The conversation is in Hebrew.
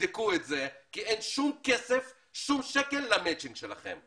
תבדקו את זה כי אין שום כסף, שום שקל למצ'ים שלכם.